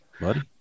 buddy